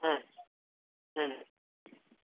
उम् उम्